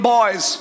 Boys